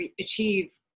achieve